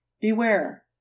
Beware